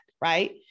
right